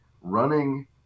running